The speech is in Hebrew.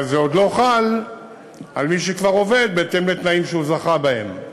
אבל זה עוד לא חל על מי שכבר עובד בהתאם לתנאים שהוא זכה בהם.